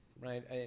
right